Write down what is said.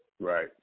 Right